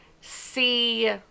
see